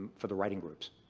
for the writing groups.